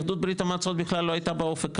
יהדות ברית המועצות בכלל לא הייתה באופק,